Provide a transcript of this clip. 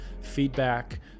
feedback